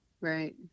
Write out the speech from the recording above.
Right